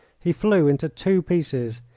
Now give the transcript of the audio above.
he flew into two pieces,